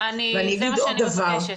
נתנאל, זה מה שאני מבקשת.